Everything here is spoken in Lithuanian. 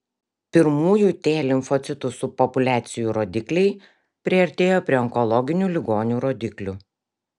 pirmųjų t limfocitų subpopuliacijų rodikliai priartėjo prie onkologinių ligonių rodiklių